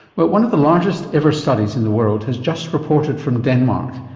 but one of the largest ever studies in the world has just reported from denmark,